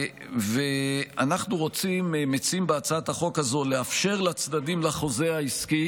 אנחנו מציעים בהצעת החוק הזו לאפשר לצדדים לחוזה העסקי